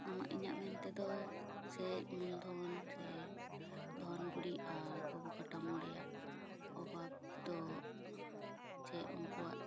ᱟᱢᱟᱜ ᱤᱧᱟᱹᱜ ᱢᱮᱱ ᱛᱮ ᱫᱚ ᱥᱮ ᱢᱩᱞᱫᱷᱚᱱ ᱥᱮ ᱫᱷᱚᱱ ᱵᱩᱲᱤ ᱟᱨ ᱚᱵᱚᱠᱟᱴᱷᱟᱢᱳ ᱨᱮᱭᱟᱜ ᱚᱵᱷᱟᱵ ᱫᱚ ᱥᱮ ᱩᱱᱠᱩᱣᱟᱜ